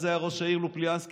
אז היה ראש העיר לופוליאנסקי,